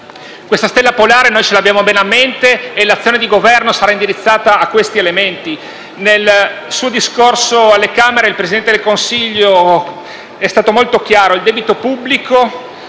Questa stella polare noi l'abbiamo bene a mente e l'azione di Governo sarà indirizzata a questi elementi. Nel suo discorso alle Camere il Presidente del Consiglio è stato molto chiaro: il debito pubblico